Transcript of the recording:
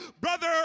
Brother